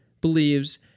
believes